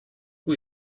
who